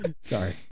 Sorry